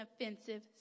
offensive